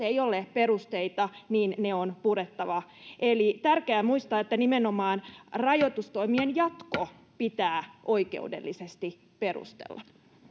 ei ole perusteita niin ne on purettava eli on tärkeää muistaa että nimenomaan rajoitustoimien jatko pitää oikeudellisesti perustella